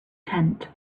tent